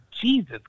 jesus